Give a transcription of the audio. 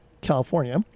California